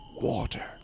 water